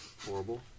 Horrible